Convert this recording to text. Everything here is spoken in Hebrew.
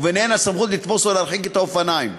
ובהן הסמכות לתפוס או להרחיק את האופניים.